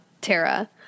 Tara